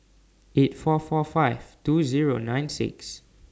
eight four four five two Zero nine six